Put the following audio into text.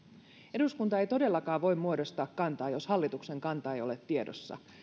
eduskunta ei todellakaan voi muodostaa kantaa jos hallituksen kanta ei ole tiedossa